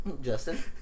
Justin